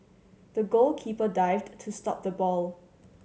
the goalkeeper dived to stop the ball